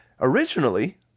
Originally